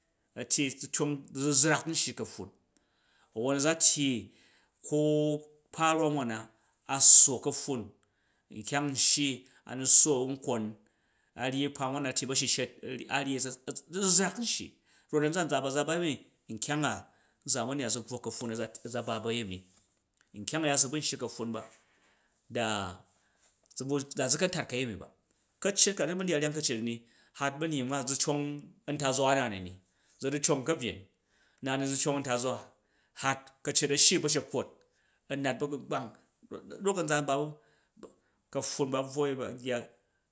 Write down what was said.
A tyyi zu tyong du̱zuzrak n shyi ka̱pffun a̱won azatyyi ko kpa rwam wan na asso ka̱pffun nkyang n shyi a nu sso u nkwon a ryyi kpa wan na u tyyi ba̱shishet a nyyi du̱zuzrak nshyi rot a̱nzan, a̱nzana̱ a za ba mi, nkyang a zamani na zubwo ka̱pffun ni a za ba bu̱ a̱yemi, nkyang a̱ya su bu nshyi ka̱pffun ba da, zu bvu, daza ka tat ka̱yemi ba. Ka̱ccet ka zu bun dyaat ryang ka̱ccet u ni, hat ba̱nying ma zu cong a̱ntazwa na ni, zu ru cong ka̱byen na zu cong ntazava, ka̱ccet a shyi u̱ ba̱shekkwot a nat ba̱gbang ruk anza bami ka̱pffun babvwo ba yyat.